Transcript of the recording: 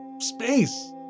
space